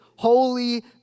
Holy